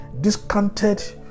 discounted